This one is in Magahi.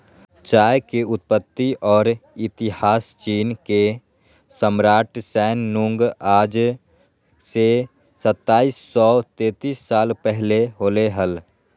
चाय के उत्पत्ति और इतिहासचीनके सम्राटशैन नुंगआज से सताइस सौ सेतीस साल पहले होलय हल